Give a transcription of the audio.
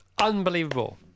Unbelievable